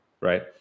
Right